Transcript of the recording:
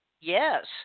Yes